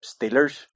Steelers